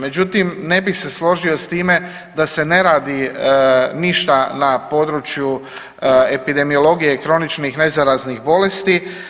Međutim, ne bih se složio sa time da se ne radi ništa na području epidemiologije i kroničnih nezaraznih bolesti.